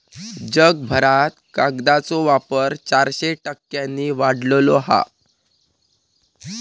जगभरात कागदाचो वापर चारशे टक्क्यांनी वाढलो हा